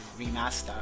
remaster